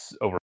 over